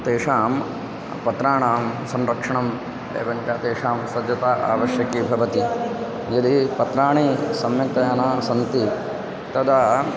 तेषां पत्राणां संरक्षणम् एवञ्च तेषां सज्जता आवश्यकी भवति यदि पत्राणि सम्यक्तया न सन्ति तदा